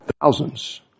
thousands